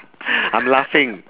I'm laughing